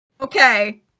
okay